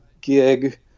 gig